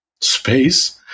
Space